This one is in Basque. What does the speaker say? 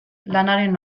lanaren